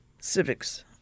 civics